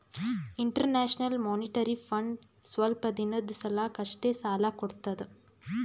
international monetary fund ಸ್ವಲ್ಪ್ ದಿನದ್ ಸಲಾಕ್ ಅಷ್ಟೇ ಸಾಲಾ ಕೊಡ್ತದ್